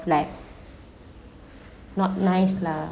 flight not nice lah